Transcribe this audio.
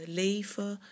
leven